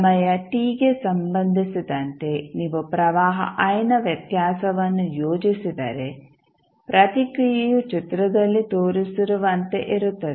ಸಮಯ t ಗೆ ಸಂಬಂಧಿಸಿದಂತೆ ನೀವು ಪ್ರವಾಹ iನ ವ್ಯತ್ಯಾಸವನ್ನು ಯೋಜಿಸಿದರೆ ಪ್ರತಿಕ್ರಿಯೆಯು ಚಿತ್ರದಲ್ಲಿ ತೋರಿಸಿರುವಂತೆ ಇರುತ್ತದೆ